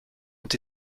ont